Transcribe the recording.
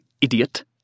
idiot